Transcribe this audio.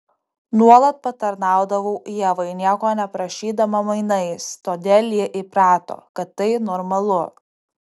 nuolat patarnaudavau ievai nieko neprašydama mainais todėl ji įprato kad tai normalu